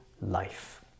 life